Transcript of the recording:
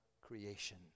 creation